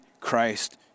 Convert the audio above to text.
Christ